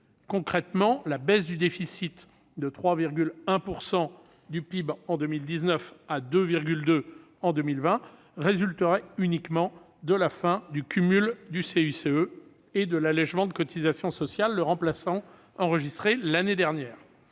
Concrètement, la baisse du déficit, de 3,1 % du PIB en 2019 à 2,2 % en 2020, résulterait uniquement de la fin du cumul du CICE et de l'allégement de cotisations sociales le remplaçant, enregistré l'année dernière.